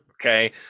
okay